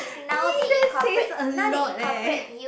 !ee! that says a lot eh